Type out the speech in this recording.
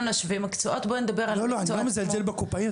בוא נדבר על המקצוע עצמו.